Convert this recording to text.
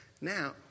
now